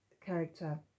character